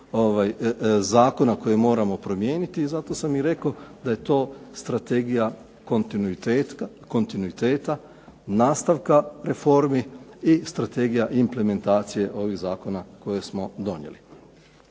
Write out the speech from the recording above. zakona koje moramo promijeniti i zato sam i rekao da je to strategija kontinuiteta, nastavka reformi i strategija implementacije ovih zakona koje smo donijeli.